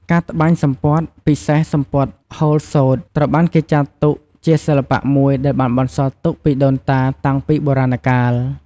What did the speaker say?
ការត្បាញសំពត់ ពិសេសសំពត់ហូលសូត្រ ត្រូវបានគេចាត់ទុកជាសិល្បៈមួយដែលបានបន្សល់ទុកពីដូនតាតាំងពីបុរាណកាល។